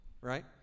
right